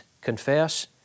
confess